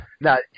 Now